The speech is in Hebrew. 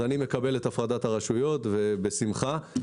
אני מקבל את הפרדת הרשויות בשמחה.